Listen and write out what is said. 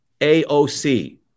AOC